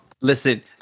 Listen